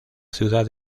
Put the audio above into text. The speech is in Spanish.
ciudad